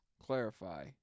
clarify